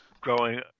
Growing